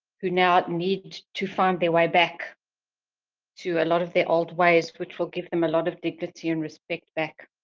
who now need to find their way back to a lot of their old ways which will give them a lot of dignity and respect back.